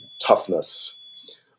toughness